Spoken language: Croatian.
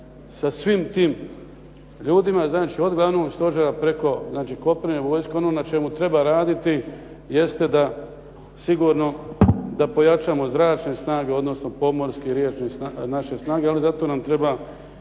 sa svim tim ljudima, znači od glavnog stožera preko kopnene vojske. Ono na čemu treba raditi jeste sigurno da pojačamo zračne snage odnosno pomorske, riječne naše snage, ali za to nam treba